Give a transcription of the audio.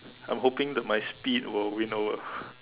I am hoping that my speed will win over